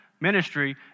ministry